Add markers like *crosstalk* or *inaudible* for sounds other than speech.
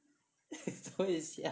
*laughs* 做什么你笑